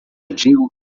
digo